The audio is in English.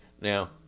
Now